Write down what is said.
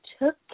took